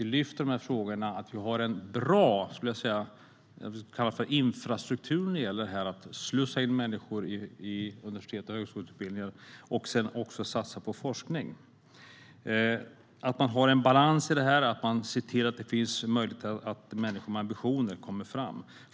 Vi lyfter upp att vi har en bra infrastruktur när det gäller att slussa in människor i universitets och högskoleutbildningar och sedan också satsa på forskning. Det gäller att man har en balans i det och ser till att det finns möjligheter att människor med ambitioner kommer fram.